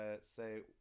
say